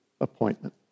appointment